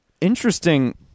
interesting